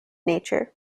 nature